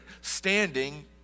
standing